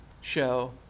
show